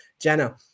Jenna